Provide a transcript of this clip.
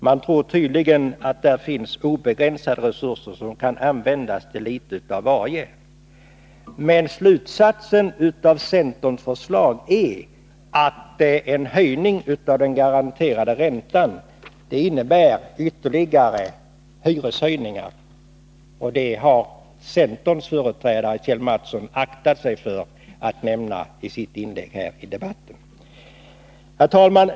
Man tror tydligen att där finns obegränsade resurser som kan användas till litet av varje. Slutsatsen av centerförslaget är att en höjning av den garanterade räntan innebär ytterligare hyreshöjningar, men det har centerns företrädare Kjell Mattsson aktat sig för att nämna i sitt inlägg i debatten. Herr talman!